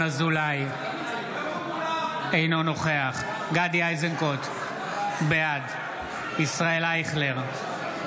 אינו נוכח גדי איזנקוט, בעד ישראל אייכלר,